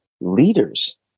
Leaders